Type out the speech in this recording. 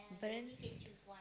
but then